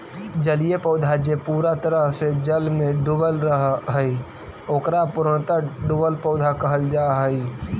जलीय पौधा जे पूरा तरह से जल में डूबल रहऽ हई, ओकरा पूर्णतः डुबल पौधा कहल जा हई